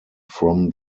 from